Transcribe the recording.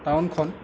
টাউনখন